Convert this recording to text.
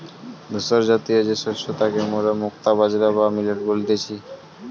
ধূসরজাতীয় যে শস্য তাকে মোরা মুক্তা বাজরা বা মিলেট বলতেছি